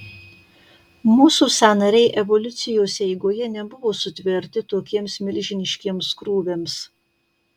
mūsų sąnariai evoliucijos eigoje nebuvo sutverti tokiems milžiniškiems krūviams